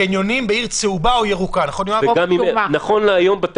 קניון איילון וקניון פתח